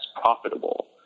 profitable